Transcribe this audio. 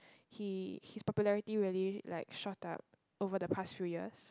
he his popularity really like shot up over the past few years